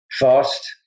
fast